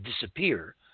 disappear